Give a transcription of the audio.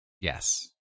Yes